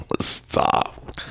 Stop